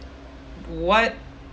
what